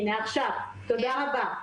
תודה רבה.